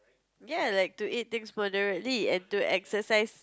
ya like to eat things moderately and to exercise